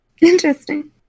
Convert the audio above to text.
interesting